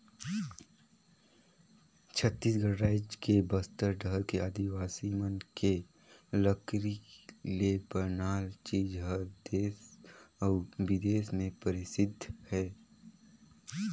छत्तीसगढ़ रायज के बस्तर डहर के आदिवासी मन के लकरी ले बनाल चीज हर देस अउ बिदेस में परसिद्ध हे